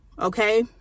Okay